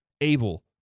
able